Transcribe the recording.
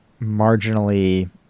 marginally